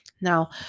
Now